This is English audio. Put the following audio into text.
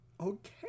okay